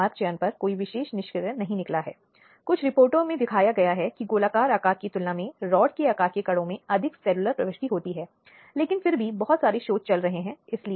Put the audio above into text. संदर्भ समय को देखें 2203 इसलिए ये कुछ प्रावधान हैं जो प्रक्रियात्मक कानून के भीतर शामिल किए गए हैं ताकि महिला और बच्चे के मुद्दों का ध्यान रखा जा सके